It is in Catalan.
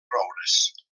roures